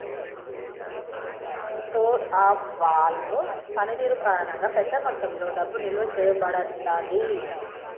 store of value పనితీరు కారణంగా, పెద్ద మొత్తంలో డబ్బు నిల్వ చేయబడతాది